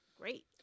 great